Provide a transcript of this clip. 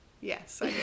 Yes